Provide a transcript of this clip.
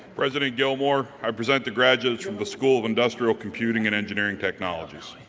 president gilmour, i present the graduates from the school of industrial computing and engineering technologies.